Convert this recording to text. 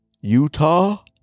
Utah